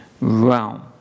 realm